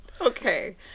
Okay